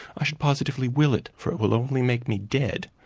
i should positively will it, for it will only make me dead,